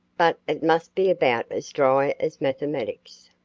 but it must be about as dry as mathematics.